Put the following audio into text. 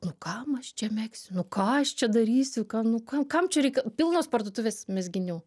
nu kam aš čia megsiu nu ką aš čia darysiu ką nu kam kam čia reik pilnos parduotuvės mezginių